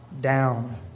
down